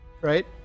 Right